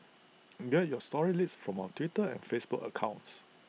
get your story leads from our Twitter and Facebook accounts